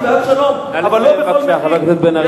אני בעד שלום, אבל לא בכל מחיר, חבר הכנסת בן-ארי.